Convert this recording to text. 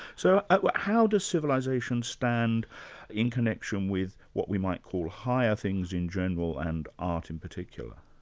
so how does civilisation stand in connection with what we might call higher things in general and art in particular?